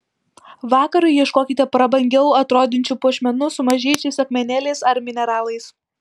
vakarui ieškokite prabangiau atrodančių puošmenų su mažyčiais akmenėliais ar mineralais